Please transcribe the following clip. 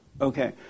Okay